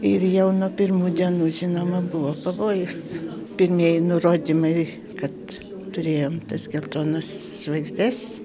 ir jau nuo pirmų dienų žinoma buvo pavojus pirmieji nurodymai kad turėjom tas geltonas žvaigždes